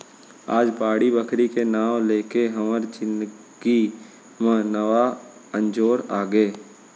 आज बाड़ी बखरी के नांव लेके हमर जिनगी म नवा अंजोर आगे